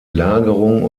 lagerung